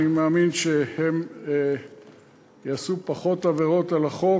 אני מאמין שהם יעשו פחות עבירות על החוק.